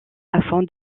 afin